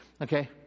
okay